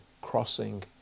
crossing